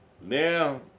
Now